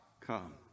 Come